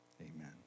Amen